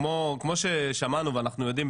כמו ששמענו ואנחנו יודעים,